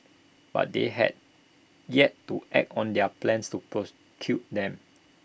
but they had yet to act on their plans to them